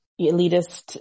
elitist